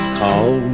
call